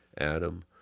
Adam